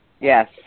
Yes